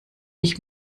ich